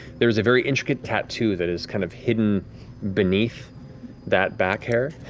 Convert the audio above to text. there's a very intricate tattoo that is kind of hidden beneath that back hair.